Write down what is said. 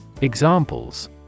Examples